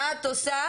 מה את עושה?